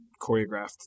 choreographed